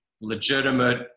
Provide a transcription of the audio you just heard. legitimate